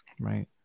Right